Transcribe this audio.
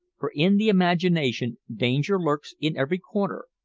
for in the imagination danger lurks in every corner,